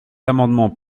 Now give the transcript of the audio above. amendement